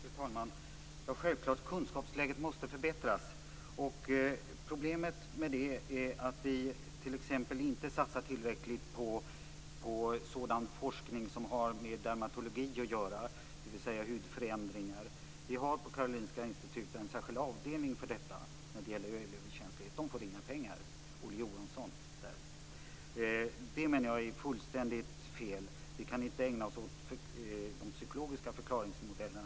Fru talman! Självklart måste kunskapsläget förbättras. Problemet är att vi t.ex. inte satsar tillräckligt på sådan forskning som har med dermatologi att göra, dvs. hudförändringar. På Karolinska Institutet finns det en särskild avdelning för elöverkänslighet. Den får inga pengar. Jag menar att det är fullständigt fel. Vi kan inte ägna oss åt de psykologiska förklaringsmodellerna.